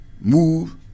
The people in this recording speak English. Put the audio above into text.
move